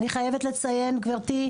אני חייבת לציין גברתי,